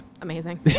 Amazing